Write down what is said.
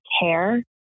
care